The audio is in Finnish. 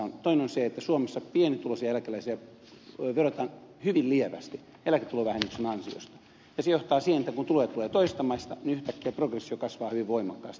toinen on se että suomessa pienituloisia eläkeläisiä verotetaan hyvin lievästi eläketulovähennyksen ansiosta ja se johtaa siihen että kun tuloja tulee toisesta maasta niin yhtäkkiä progressio kasvaa hyvin voimakkaasti